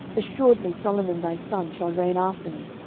assuredly solomon thy son shall reign after me,